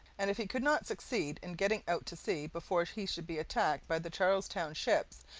and if he could not succeed in getting out to sea before he should be attacked by the charles town ships,